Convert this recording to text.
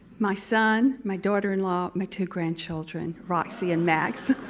my son, my daughter-in-law, my two grandchildren, roxy and max.